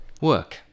Work